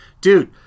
Dude